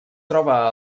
troba